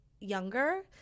younger